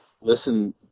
listen